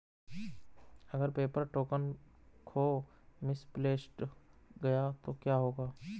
अगर paper token खो misplaced गया तो क्या होगा?